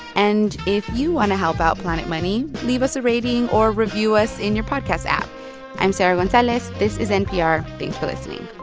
and if you want to help out planet money, leave us a rating or review us in your podcast app i'm sarah gonzalez. this is npr. thanks for listening